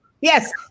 Yes